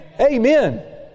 Amen